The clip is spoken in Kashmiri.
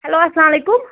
ہیٚلو اسلام علیکُم